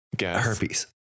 Herpes